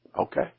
Okay